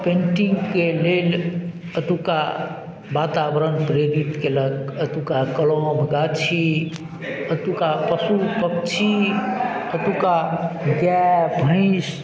पेन्टिंगके लेल एतुका वातावरण प्रेरित कयलक एतुका कलम गाछी एतुका पशु पक्षी एतुका गाय भैंस